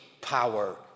power